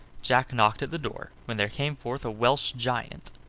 jack knocked at the door, when there came forth a welsh giant.